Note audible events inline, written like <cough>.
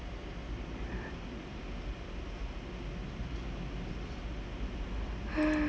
<breath>